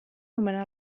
nomenar